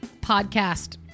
podcast